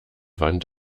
wand